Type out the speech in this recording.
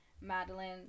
Madeline